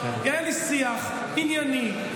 היה לי שיח ענייני,